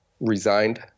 resigned